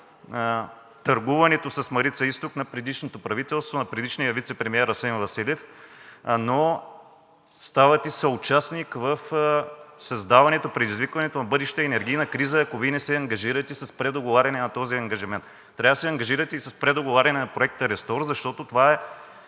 търгуването с Марица изток на предишното правителство, на предишния вицепремиер Асен Василев, но ставате съучастник в създаването, предизвикването на бъдеща енергийна криза, ако Вие не се ангажирате с предоговаряне на този ангажимент. Трябва да се ангажирате и с предоговаряне на Проекта RESTORE, защото това е